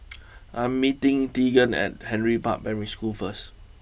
I am meeting Tegan at Henry Park Primary School first